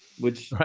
which,